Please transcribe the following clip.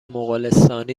مغولستانی